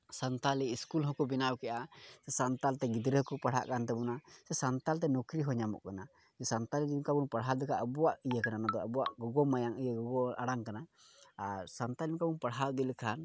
Santali school ᱦᱚᱸᱠᱚ ᱵᱮᱱᱟᱣ ᱠᱮᱜᱼᱟ ᱥᱟᱱᱛᱟᱲ ᱛᱮ ᱜᱤᱫᱽᱨᱟᱹ ᱦᱚᱸᱠᱚ ᱯᱟᱲᱦᱟᱜ ᱠᱟᱱ ᱛᱟᱵᱚᱱᱟ ᱥᱮ ᱥᱟᱱᱛᱟᱲ ᱛᱮ ᱱᱚᱠᱨᱤ ᱦᱚᱸ ᱧᱟᱢᱚᱜ ᱠᱟᱱᱟ ᱥᱟᱱᱛᱟᱲᱤ ᱛᱮ ᱱᱚᱝᱠᱟ ᱵᱚᱱ ᱯᱟᱲᱦᱟᱣ ᱞᱮᱱᱠᱷᱟᱡ ᱟᱵᱚᱣᱟᱜ ᱤᱭᱟᱹ ᱠᱟᱱᱟ ᱟᱵᱚᱣᱟᱜ ᱜᱚᱜᱚ ᱢᱟᱭᱟᱢ ᱤᱭᱟᱹ ᱜᱚᱜᱚ ᱟᱲᱟᱝ ᱠᱟᱱᱟ ᱟᱨ ᱥᱟᱱᱛᱟᱲᱤ ᱛᱮᱵᱚᱱ ᱯᱟᱲᱦᱟᱣ ᱤᱫᱤ ᱞᱮᱠᱷᱟᱱ